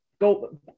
go